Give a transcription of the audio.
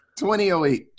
2008